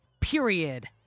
period